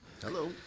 Hello